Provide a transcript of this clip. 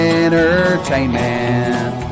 entertainment